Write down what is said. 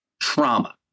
Trauma